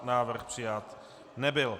Návrh přijat nebyl.